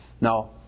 Now